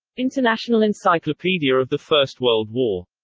international encyclopedia of the first world war.